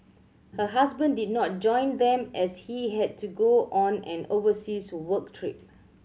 her husband did not join them as he had to go on an overseas work trip